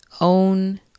own